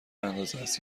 اندازست